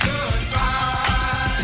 Goodbye